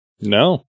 no